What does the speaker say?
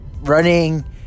running